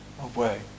away